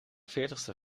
veertigste